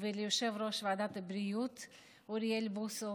ויושב-ראש ועדת הבריאות אוריאל בוסו,